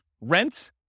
rent